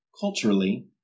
culturally